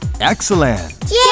Excellent